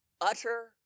Utter